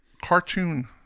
cartoon